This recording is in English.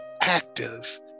active